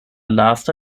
lasta